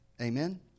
Amen